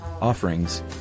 Offerings